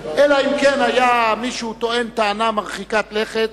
אלא אם כן היה מישהו טוען טענה מרחיקת לכת,